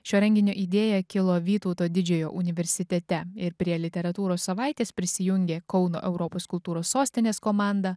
šio renginio idėja kilo vytauto didžiojo universitete ir prie literatūros savaitės prisijungė kauno europos kultūros sostinės komanda